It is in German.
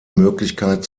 möglichkeit